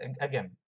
Again